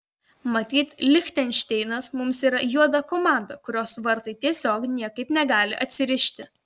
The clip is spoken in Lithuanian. matyt lichtenšteinas mums yra juoda komanda kurios vartai tiesiog niekaip negali atsirišti